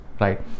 Right